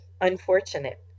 unfortunate